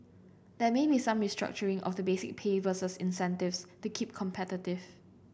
there may be some restructuring of the basic pay versus incentives to keep competitive